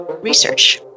research